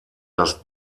das